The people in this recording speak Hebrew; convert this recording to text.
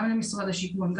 למשרד השיכון,